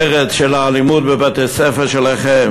הפרץ של האלימות שבבתי-ספר שלכם.